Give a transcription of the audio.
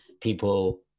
people